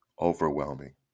overwhelming